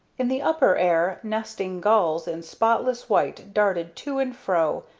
in the upper air, nesting gulls in spotless white darted to and fro,